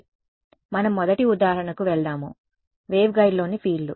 కాబట్టి మనము మొదటి ఉదాహరణ ఉదాహరణకు వెళదాము వేవ్గైడ్లోని ఫీల్డ్లు